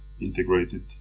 integrated